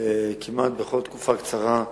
כמעט כל תקופה קצרה.